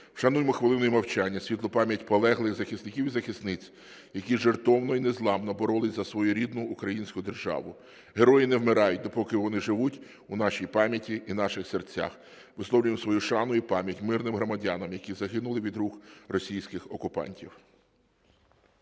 Вшануймо хвилиною мовчання світлу пам'ять полеглих захисників і захисниць, які жертовно і незламно боролись за свою рідну українську державу. Герої не вмирають, допоки вони живуть у нашій пам'яті і наших серцях. Висловлюємо свою шану і пам'ять мирним громадянам, які загинули від рук російських окупантів.